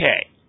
Okay